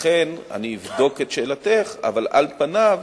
לכן אני אבדוק את שאלתך, אבל על פניו,